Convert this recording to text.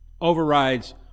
overrides